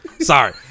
Sorry